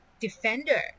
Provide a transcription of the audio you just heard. defender